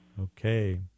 Okay